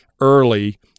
early